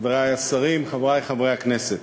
חברי השרים, חברי חברי הכנסת,